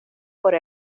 sobre